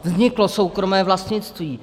Vzniklo soukromé vlastnictví.